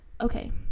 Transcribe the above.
Okay